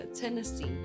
Tennessee